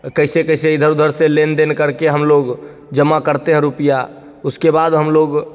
कैसे कैसे इधर उधर से लेन देन करके हम लोग जमा करते हैं रुपया उसके बाद हम लोग